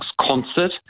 concert